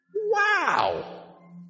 Wow